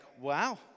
wow